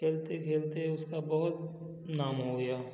खेलते खेलते उसका बहुत नाम हो गया